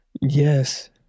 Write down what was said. Yes